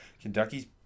Kentucky's